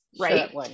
Right